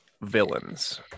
villains